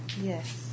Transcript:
Yes